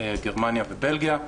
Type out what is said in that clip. גרמניה ובלגיה.